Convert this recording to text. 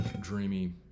dreamy